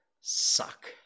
suck